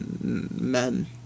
men